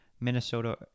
Minnesota